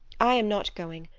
i am not going.